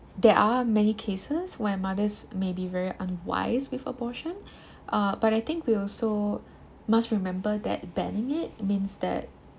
there are many cases where mothers may be very unwise with abortion uh but I think we also must remember that banning it means that